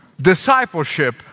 discipleship